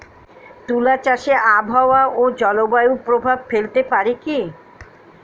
তুলা চাষে আবহাওয়া ও জলবায়ু প্রভাব ফেলতে পারে কি?